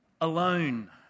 Alone